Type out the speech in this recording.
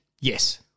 yes